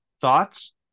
Thoughts